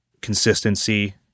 consistency